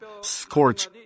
scorch